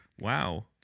Wow